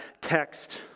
text